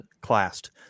classed